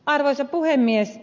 arvoisa puhemies